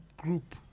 group